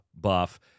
buff